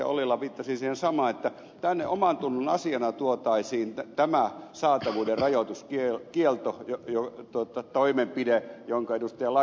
ollila viittasi siihen samaan että tänne tuotaisiin omantunnon asiana tämä saa heidät hajautus ja kielto johti saatavuuden rajoituskieltotoimenpide jonka ed